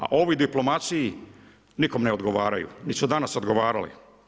A ovi u diplomaciji nikome ne odgovaraju nit su danas odgovarali.